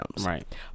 right